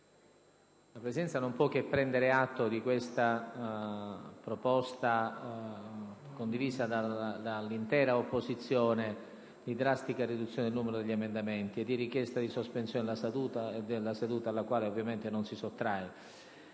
la Presidenza non può che prendere atto della proposta, condivisa dall'intera opposizione, di ridurre drasticamente il numero degli emendamenti e della richiesta di sospensione della seduta, alla quale ovviamente non si sottrae.